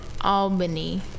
Albany